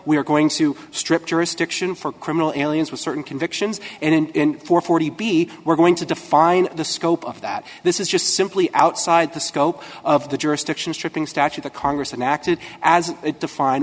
are going to strip jurisdiction for criminal aliens with certain convictions and for forty b we're going to define the scope of that this is just simply outside the scope of the jurisdiction stripping statute the congress enacted as it defined